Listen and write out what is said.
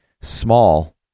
small